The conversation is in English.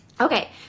Okay